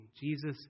Jesus